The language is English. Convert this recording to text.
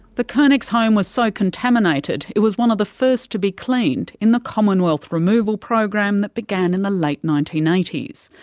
the crnics home was so contaminated it was one of the first to be cleaned in the commonwealth removal program that began in the late nineteen eighty s.